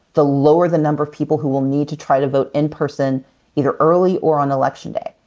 the lower the number of people who will need to try to vote in person either early or on election day.